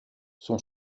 son